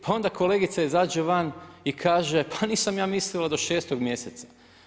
Pa onda kolegica izađe van i kaže, pa nisam ja mislila do 6. mjeseca.